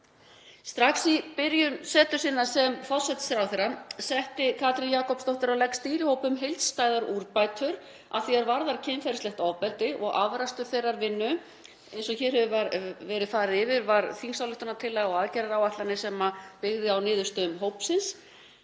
Strax í byrjun setu sinnar sem forsætisráðherra setti Katrín Jakobsdóttir á legg stýrihóp um heildstæðar úrbætur að því er varðar kynferðislegt ofbeldi og afrakstur þeirrar vinnu, eins og hér hefur verið farið yfir, var þingsályktunartillaga og aðgerðaáætlanir sem byggðu á niðurstöðum hópsins.